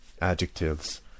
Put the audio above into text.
adjectives